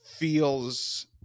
feels